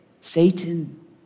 Satan